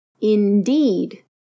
indeed